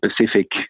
pacific